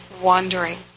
wandering